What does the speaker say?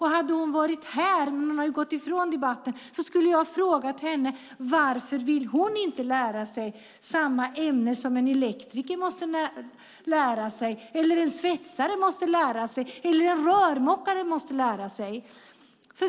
Hade hon varit här - hon har gått ifrån debatten - skulle jag ha frågat henne varför hon inte vill lära sig samma ämnen som en elektriker, en svetsare eller en rörmokare måste lära sig.